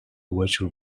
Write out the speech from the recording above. virtual